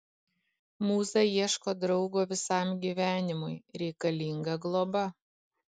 mūza ieško draugo visam gyvenimui reikalinga globa